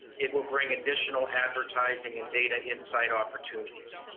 it will bring additional advertising and data insight opportunities.